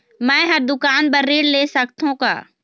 मैं हर दुकान बर ऋण ले सकथों का?